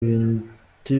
ibiti